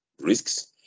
risks